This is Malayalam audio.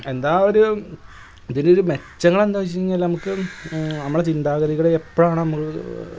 എന്താ ഒരു ഇതിനൊരു മെച്ചങ്ങളെന്താ ചോദിച്ചു കഴിഞ്ഞാൽ നമുക്ക് നമ്മുടെ ചിന്താഗതികളെ എപ്പോഴാണ് നമുക്ക്